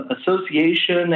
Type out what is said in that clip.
association